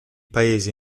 paese